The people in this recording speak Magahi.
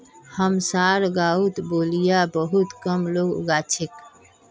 हमसार गांउत लोबिया बहुत कम लोग उगा छेक